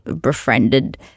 befriended